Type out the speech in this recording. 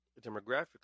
demographically